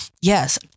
yes